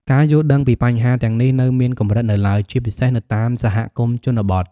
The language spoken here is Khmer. ការយល់ដឹងពីបញ្ហាទាំងនេះនៅមានកម្រិតនៅឡើយ ជាពិសេសនៅតាមសហគមន៍ជនបទ។